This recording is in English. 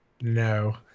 No